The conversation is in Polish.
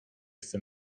chce